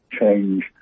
change